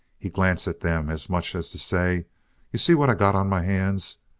he glanced at them as much as to say you see what i got on my hands?